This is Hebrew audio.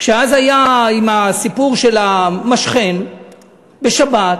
כשאז היה הסיפור של המשחן בשבת,